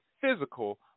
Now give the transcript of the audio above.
physical